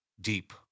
deep